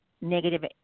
negative